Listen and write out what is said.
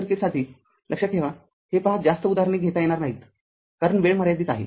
सर्किटसाठी लक्षात ठेवाहे पहा जास्त उदाहरणे घेता येणार नाहीत कारण वेळ मर्यादित आहे